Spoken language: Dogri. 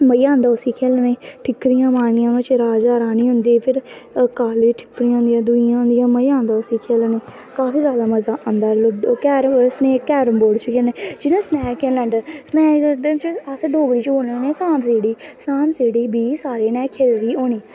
मज़ा आंदा उसी खेसने गी ठिक्कियां मारनियां ओह्दै च राजा रानी होंदे फिर काली ठिप्पियां होंदियां दुईयां होंदियां मज़ा आंदा उसी खेलने गी काफी जादा मज़ा आंदा कैरम बोर्ड़ च जियां सनेक लैडन च अस डोगरी च बोलने उनेंगी सांप सिढ़ी सांप सीढ़ी बी सारैं नै खेली दी होनी